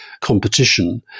competition